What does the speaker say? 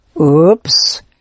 Oops